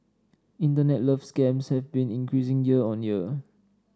internet love scams have been increasing year on year